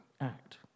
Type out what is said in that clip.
act